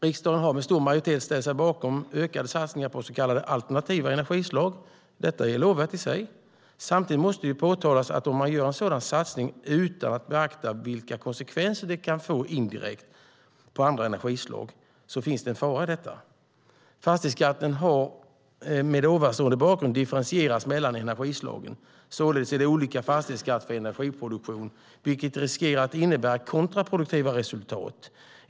Riksdagen har med stor majoritet ställt sig bakom ökade satsningar på så kallade alternativa energislag. Detta är lovvärt i sig. Samtidigt måste det påtalas att om man gör en sådan satsning utan att beakta vilka konsekvenser det kan få indirekt på andra energislag finns det en fara i detta. Fastighetsskatten har mot ovanstående bakgrund differentierats mellan energislagen. Således är det olika fastighetsskatt för olika energiproduktion, vilket riskerar att innebära kontraproduktiva resultat.